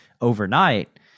overnight